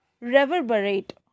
reverberate